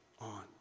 on